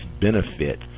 benefit